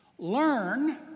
Learn